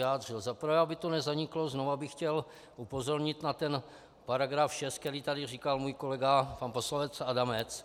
Za prvé, aby to nezaniklo, znova bych chtěl upozornit na ten § 6, který tady říkal můj kolega pan poslanec Adamec.